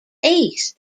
east